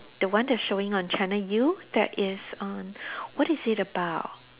the one that showing on channel U that is um what is it about